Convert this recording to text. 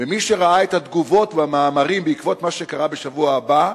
ומי שראה את התגובות והמאמרים בעקבות מה שקרה בשבוע שעבר,